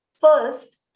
First